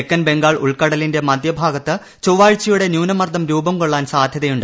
തെക്കൻ ബംഗാൾ ഉൾക്കടലിന്റെ മധ്യഭാഗത്ത് ചൊവ്വാഴ്ചയോടെ ന്യൂനമർദ്ദം രൂപംകൊള്ളാൻ സാധ്യതയുണ്ട്